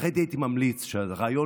לכן הייתי ממליץ: רעיון,